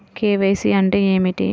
KYC అంటే ఏమి?